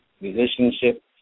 musicianship